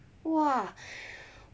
!wah!